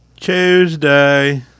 Tuesday